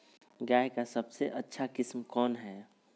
गाय का सबसे अच्छा किस्म कौन हैं?